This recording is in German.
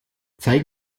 zeig